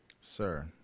Sir